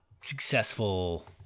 successful